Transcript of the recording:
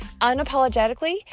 unapologetically